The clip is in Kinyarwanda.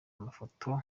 amafoto